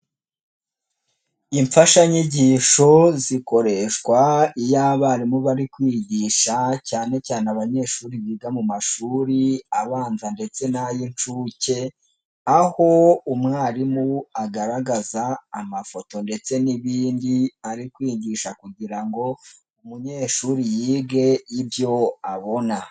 Imfashanyigisho zikoreshwa iyo abarimu bari kwigisha cyane cyane abanyeshuri biga mu mashuri abanza ndetse n'ay'inshuke aho umwarimu agaragaza amafoto ndetse n'ibindi ari kwigisha kugira ngo umunyeshuri yige ibyo abona.